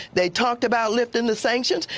they talked about lifting the sanctions.